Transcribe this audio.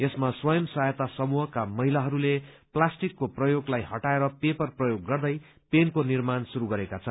यसमा स्वर्य सहायता समूहका महिलाहरूले प्लास्टिकको प्रयोगलाई हटाएर पेपर प्रबोग गरेर पेनको निर्माण श्रुस गरेका छन्